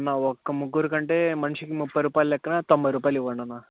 అన్నా ఒక్క ముగ్గురికంటే మనిషికి ముప్పై రూపాయలు లెక్కన తొంభై రూపాయలు ఇవ్వండన్నా